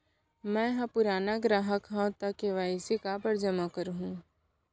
मैं ह पुराना ग्राहक हव त के.वाई.सी काबर जेमा करहुं?